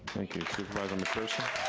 thank you. supervisor mcpherson?